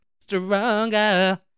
Stronger